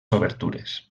obertures